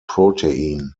protein